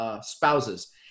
spouses